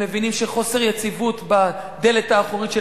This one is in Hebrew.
הם מבינים שחוסר יציבות בדלת האחורית של